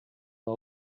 war